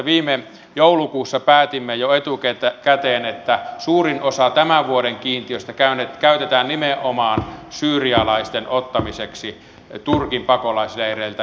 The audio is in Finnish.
viime joulukuussa päätimme jo etukäteen että suurin osa tämän vuoden kiintiöistä käytetään nimenomaan syyrialaisten ottamiseksi turkin pakolaisleireiltä